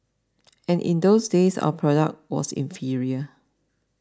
and in those days our product was inferior